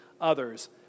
others